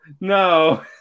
No